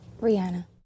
rihanna